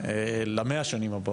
למאה שנים הבאות,